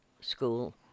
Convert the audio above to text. school